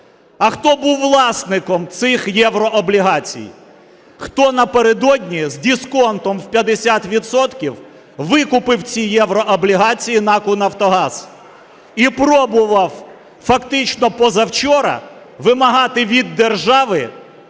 а хто був власником цих єврооблігацій? Хто напередодні з дисконтом в 50 відсотків викупив ці єврооблігації НАК "Нафтогаз" і пробував фактично позавчора вимагати від держави